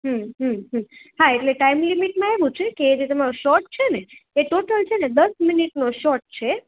હં હં હં હા એટલે ટાઈમ લિમિટમાં એવું છે કે એ જે તમારો શૉટ છે ને એ ટોટલ છે ને દસ મિનિટનો શૉટ છે